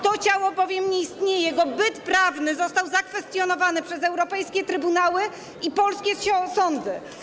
To ciało bowiem nie istnieje, bo ten byt prawny został zakwestionowany przez europejskie trybunały i polskie sądy.